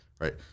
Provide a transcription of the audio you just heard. right